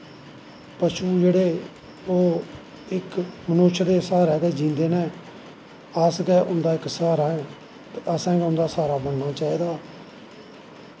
पशु जेह्ड़े ओह् इक मनुष्य दे स्हारै गै जींदे न अस ते उंदा इक स्हारा न असैं गै उंदा स्हारा बनना चाही दा